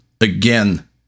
again